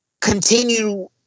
continue